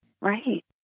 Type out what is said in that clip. Right